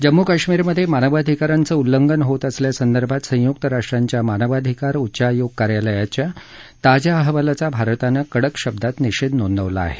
जम्मू काश्मीरमध्ये मानवाधिकारांचं उल्लंघन होत असल्यासंदर्भात संयुक्त राष्ट्रांच्या मानवाधिकार उच्चायोग कार्यालयाच्या ताज्या अहवालाचा भारतानं कडक शब्दात निषेध नोंदवला आहे